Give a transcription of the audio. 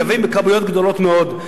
מייבאים כמויות גדולות מאוד.